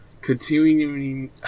continuing